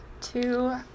two